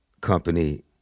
company